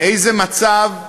איזה מצב,